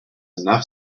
enough